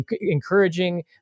encouraging